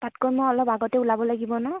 তাতকৈ মই অলপ আগতে ওলাব লাগিব ন